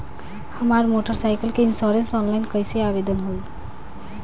हमार motor cycle के insurance online कईसे आवेदन होई?